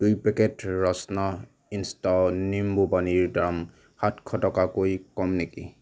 দুই packet Rasna instant নিম্বুপানীৰ দাম সাতশ টকাতকৈ কম নেকি